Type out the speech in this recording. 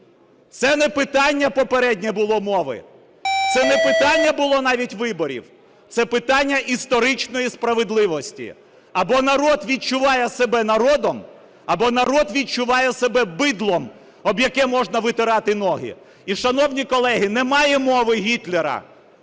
Це не питання попереднє було мови, це не питання було навіть виборів – це питання історичної справедливості: або народ відчуває себе народом, або народ відчуває себе бидлом, об яке можна витирати ноги. І, шановні колеги, немає мови Гітлера,